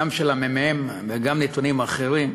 גם של הממ"מ וגם נתונים אחרים,